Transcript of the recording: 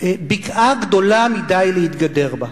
בקעה גדולה מדי להתגדר בה.